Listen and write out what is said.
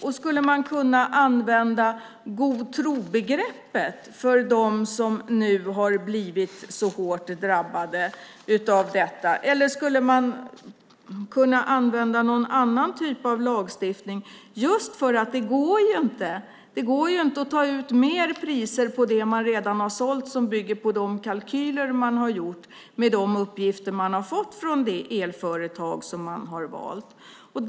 Och skulle man kunna använda begreppet god tro när det gäller dem som nu drabbats så hårt? Eller skulle någon annan typ av lagstiftning kunna användas? Det går ju inte att ta ut högre priser på det man redan har sålt - priser som bygger på de kalkyler som gjorts utifrån de uppgifter som lämnats av det elföretag som valts.